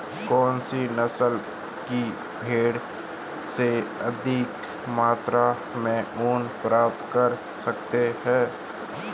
कौनसी नस्ल की भेड़ से अधिक मात्रा में ऊन प्राप्त कर सकते हैं?